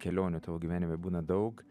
kelionių tavo gyvenime būna daug